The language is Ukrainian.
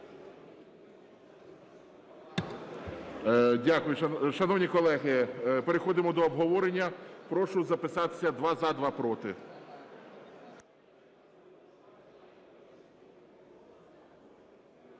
Дякую. Шановні колеги, переходимо до обговорення. Прошу записатися: два – за, два – проти.